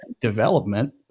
Development